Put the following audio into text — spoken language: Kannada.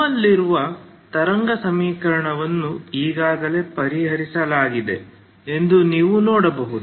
ನಮ್ಮಲ್ಲಿರುವ ತರಂಗ ಸಮೀಕರಣವನ್ನು ಈಗಾಗಲೇ ಪರಿಹರಿಸಲಾಗಿದೆ ಎಂದು ನೀವು ನೋಡಬಹುದು